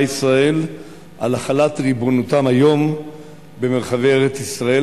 ישראל על החלת ריבונותם היום במרחבי ארץ-ישראל,